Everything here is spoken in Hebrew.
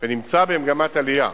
ונמצא במגמת עלייה.